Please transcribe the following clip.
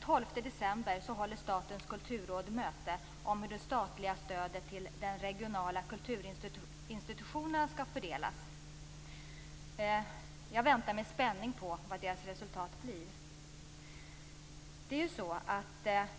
12 december håller Statens kulturråd möte om hur det statliga stödet till de regionala kulturinstitutionerna skall fördelas. Jag väntar med spänning på vad resultatet blir. Det regionala kulturstödet